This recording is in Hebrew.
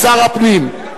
לשר לביטחון הפנים.